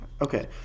Okay